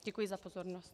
Děkuji za pozornost.